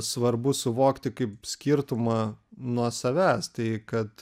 svarbu suvokti kaip skirtumą nuo savęs tai kad